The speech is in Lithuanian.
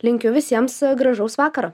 linkiu visiems gražaus vakaro